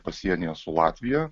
pasienyje su latvija